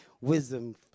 wisdom